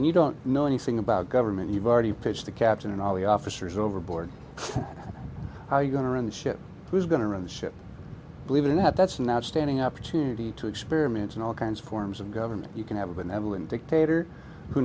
e you don't know anything about government you've already pitched the captain and all the officers overboard how you going to run the ship who's going to run the ship believe it or not that's an outstanding opportunity to experiments in all kinds of forms of government you can have a benevolent dictator who